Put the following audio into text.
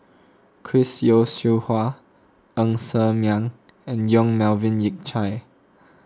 Chris Yeo Siew Hua Ng Ser Miang and Yong Melvin Yik Chye